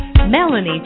Melanie